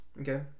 Okay